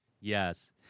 Yes